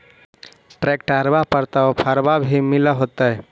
ट्रैक्टरबा पर तो ओफ्फरबा भी मिल होतै?